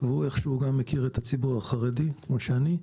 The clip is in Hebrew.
והוא איך שהוא גם מכיר את הציבור החרדי כמו שאני.